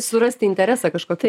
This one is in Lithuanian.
surasti interesą kažkokį